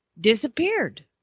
disappeared